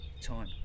time